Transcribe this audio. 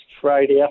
Friday